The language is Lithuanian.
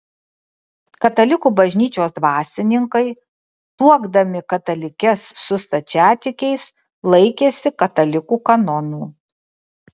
katalikų bažnyčios dvasininkai tuokdami katalikes su stačiatikiais laikėsi katalikų kanonų